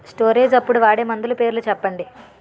Storage అప్పుడు వాడే మందులు పేర్లు చెప్పండీ?